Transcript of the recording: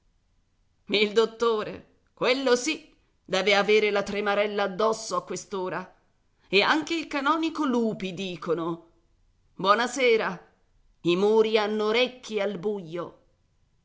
il dottore quello sì deve avere la tremarella addosso a quest'ora e anche il canonico lupi dicono buona sera i muri hanno orecchie al buio